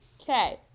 Okay